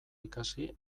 ikasi